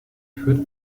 führt